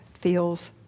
feels